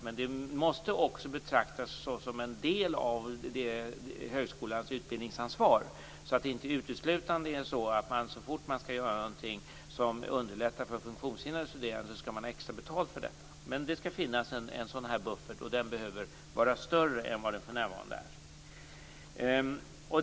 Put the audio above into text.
Men det måste också betraktas såsom en del av högskolans utbildningsansvar, så att man inte uteslutande, så fort man skall göra någonting som underlättar för funktionshindrade studerande, skall ha extra betalt för detta. Det skall finnas en buffert, och den behöver vara större än vad den för närvarande är.